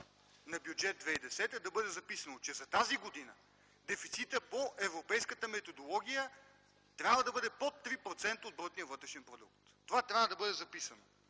на Бюджет 2010 да бъде записано, че за тази година дефицитът по европейската методология трябва да бъде под 3% от брутния вътрешен продукт – това трябва да бъде записано.